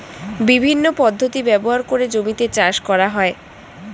বিভিন্ন পদ্ধতি ব্যবহার করে জমিতে চাষ করা হয়